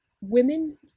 women